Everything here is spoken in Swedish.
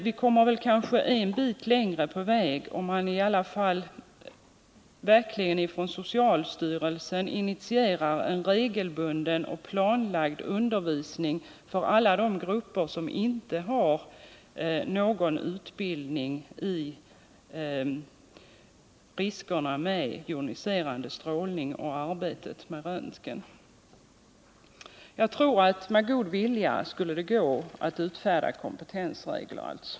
Vi kommer kanske i alla fall en bit längre på väg om socialstyrelsen verkligen initierar en regelbunden och planlagd undervisning för alla de grupper som inte har fått någon utbildning i riskerna med joniserande strålning. Jag tror alltså att det med god vilja skulle gå att utfärda kompetensregler.